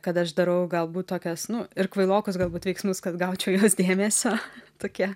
kad aš darau galbūt tokias nu ir kvailokus galbūt veiksmus kad gaučiau jos dėmesio tokia